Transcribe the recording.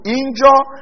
injure